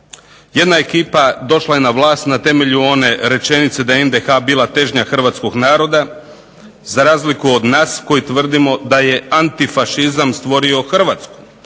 jedna ekipa je došla na vlast na temelju one rečenice da je NDH bila težnja hrvatskog naroda, za razliku od nas koji tvrdimo da je antifašizam stvorio Hrvatsku.